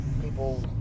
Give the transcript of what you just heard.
people